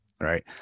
right